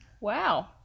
Wow